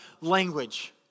language